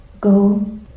go